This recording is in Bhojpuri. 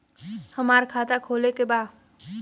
हमार खाता खोले के बा?